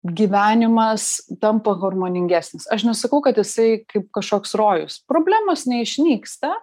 gyvenimas tampa harmoningesnis aš nesakau kad jisai kaip kažkoks rojus problemos neišnyksta